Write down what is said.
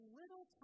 little